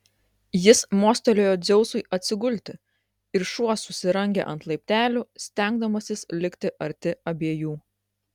jis mostelėjo dzeusui atsigulti ir šuo susirangė ant laiptelių stengdamasis likti arti abiejų